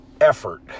effort